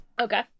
okay